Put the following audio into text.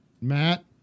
matt